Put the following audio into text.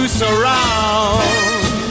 surround